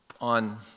on